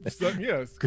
Yes